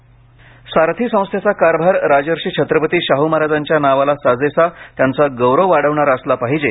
सारथी संस्थेचा कारभार राजर्षीं छत्रपती शाह महाराजांच्या नावाला साजेसा त्यांचा गौरव वाढवणारा असला पाहिजे